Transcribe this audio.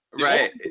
Right